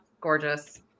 gorgeous